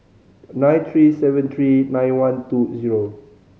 nine three seven three nine one two zero